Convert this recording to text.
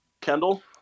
Kendall